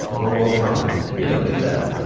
or while drunk don't do that.